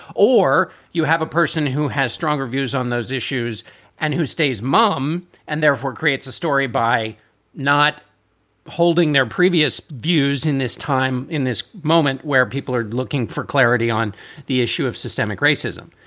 or you have a person who has stronger views on those issues and who stays mum and therefore creates a story by not holding their previous views in this time, in this moment where people are looking for clarity on the issue of systemic racism.